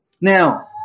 Now